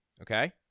Okay